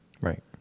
Right